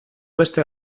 beste